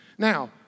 Now